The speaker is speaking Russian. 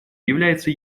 является